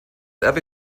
erbe